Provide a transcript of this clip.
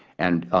and